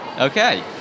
okay